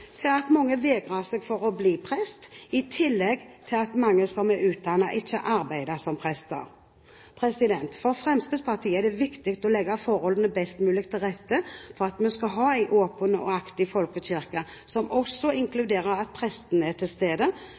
til at mange vegrer seg for å bli prest. I tillegg er det mange som er utdannet til prest, som ikke arbeider som prest. For Fremskrittspartiet er det viktig å legge forholdene best mulig til rette for at vi skal ha en åpen og aktiv folkekirke som også inkluderer at prestene er til stede